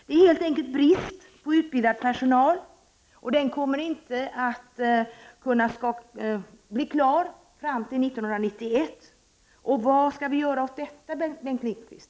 Det är helt enkelt brist på utbildad personal, och den bristen kommer inte att kunna avhjälpas fram till 1991. Vad skall vi göra åt detta, Bengt Lindqvist?